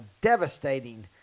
devastating